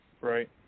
Right